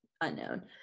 Unknown